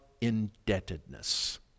indebtedness